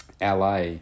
LA